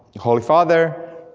holy father,